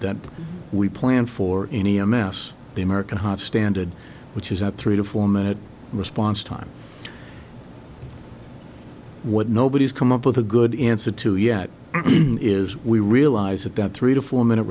that we plan for any a mass the american heart standard which is at three to four minute response time what nobody's come up with a good answer to yet is we realize that that three to four minute